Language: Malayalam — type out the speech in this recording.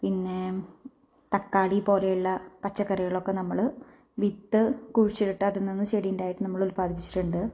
പിന്നെ തക്കാളി പോലെയുള്ള പച്ചക്കറികളൊക്കെ നമ്മൾ വിത്ത് കുഴിച്ചിട്ടതിൽ നിന്ന് ചെടി ഉണ്ടായിട്ട് നമ്മൾ ഉൽപ്പാദിപ്പിച്ചിട്ടുണ്ട്